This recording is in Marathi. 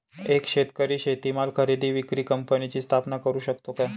एक शेतकरी शेतीमाल खरेदी विक्री कंपनीची स्थापना करु शकतो का?